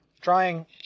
trying